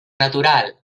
natural